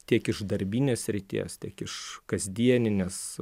tiek iš darbinės srities tiek iš kasdieninės